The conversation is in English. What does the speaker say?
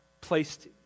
placed